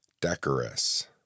Decorous